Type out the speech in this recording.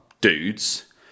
dudes